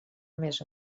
més